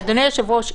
אדוני היושב-ראש,